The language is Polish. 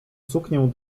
suknię